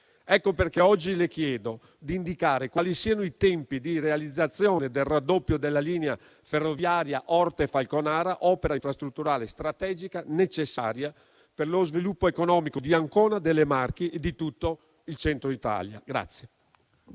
Ecco perché oggi le chiedo di indicare quali siano i tempi di realizzazione del raddoppio della linea ferroviaria Orte-Falconara, opera infrastrutturale strategica e necessaria per lo sviluppo economico di Ancona, delle Marche e di tutto il Centro Italia.